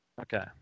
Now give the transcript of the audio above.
Okay